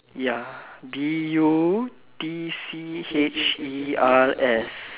ya B U T C H E R S